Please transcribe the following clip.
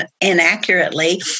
inaccurately